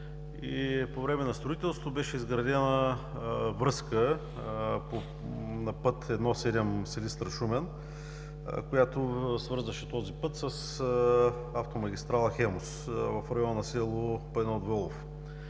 По време на строителството беше изградена връзка на път I-7 Силистра – Шумен, която свързваше този път с автомагистрала „Хемус“ в района на село Панайот Волов.